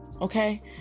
okay